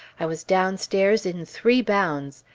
i was downstairs in three bounds,